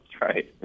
right